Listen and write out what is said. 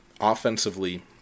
Offensively